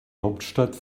hauptstadt